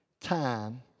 time